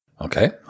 Okay